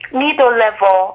middle-level